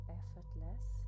effortless